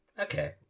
Okay